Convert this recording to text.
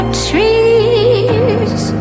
trees